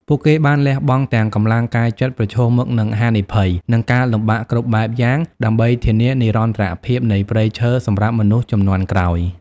ពួកគេបានលះបង់ទាំងកម្លាំងកាយចិត្ត ប្រឈមមុខនឹងហានិភ័យ និងការលំបាកគ្រប់បែបយ៉ាង ដើម្បីធានានិរន្តរភាពនៃព្រៃឈើសម្រាប់មនុស្សជំនាន់ក្រោយ។